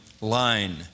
line